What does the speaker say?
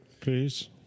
please